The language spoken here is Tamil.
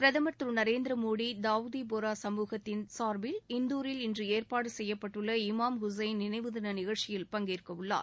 பிரதமர் திரு நரேந்திரமோடி தாவூதி போரா சமூகத்தின் சார்பில் இந்தூரில் இன்று ஏற்பாடு செய்யப்பட்டுள்ள இமாம் ஹுசைன் நினைவு தின நிகழ்ச்சியில் பங்கேற்கவுள்ளார்